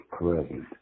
present